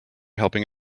helping